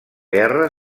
guerra